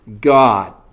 God